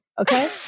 okay